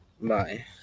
Bye